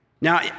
Now